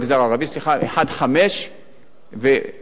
נמצא שם המגזר הערבי.